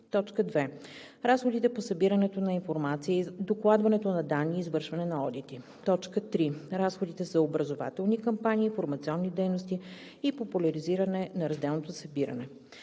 2. разходите по събирането на информация и докладването на данни и извършване на одити; 3. разходите за образователни кампании, информационни дейности и популяризиране на разделното събиране.